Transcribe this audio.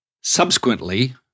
Subsequently